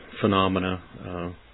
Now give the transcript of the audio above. phenomena